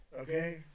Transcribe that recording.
Okay